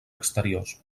exteriors